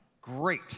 Great